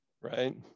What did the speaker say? Right